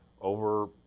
over